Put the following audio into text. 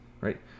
right